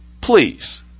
Please